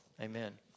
Amen